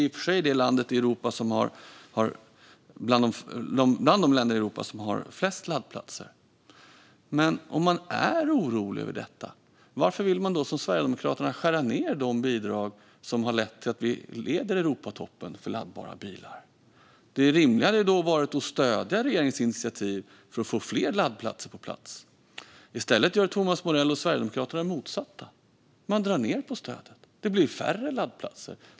Sverige är i och för sig en av de länder i Europa som har flest laddplatser. Men om man är orolig över detta - varför vill man då som Sverigedemokraterna skära ned de bidrag som har lett till att Sverige leder Europatoppen för laddbara bilar? Det rimliga hade varit att stödja regeringens initiativ för att få fler laddplatser på plats. I stället gör Thomas Morell och Sverigedemokraterna det motsatta: Man drar ned på stödet. Det blir färre laddplatser.